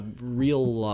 real